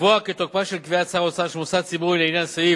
לקבוע כי תוקפה של קביעת שר האוצר של מוסד ציבורי לעניין סעיף